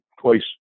twice